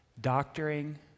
Doctoring